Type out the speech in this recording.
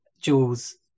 Jules